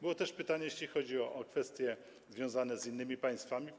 Było też pytanie, jeśli chodzi o kwestie związane z innymi państwami.